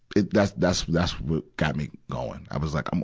it, that's, that's, that's what got me going. i was like, um